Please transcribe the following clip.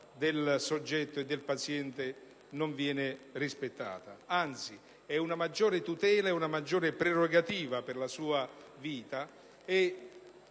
del soggetto non viene rispettata. Anzi, è una maggiore tutela e una maggiore prerogativa per la sua vita.